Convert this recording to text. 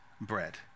bread